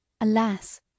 Alas